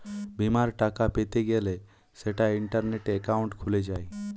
বিমার টাকা পেতে গ্যলে সেটা ইন্টারনেটে একাউন্ট খুলে যায়